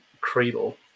cradle